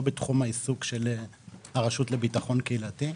בתחום העיסוק של הרשות לביטחון קהילתי.